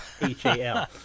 H-A-L